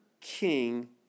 king